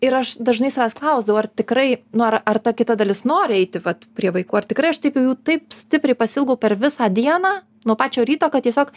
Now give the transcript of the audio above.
ir aš dažnai savęs klausdavau ar tikrai ar ta kita dalis nori eiti vat prie vaikų ar tikrai aš taip jau taip stipriai pasiilgau per visą dieną nuo pačio ryto kad tiesiog